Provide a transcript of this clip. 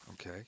Okay